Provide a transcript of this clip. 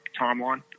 timeline